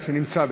שנמצא,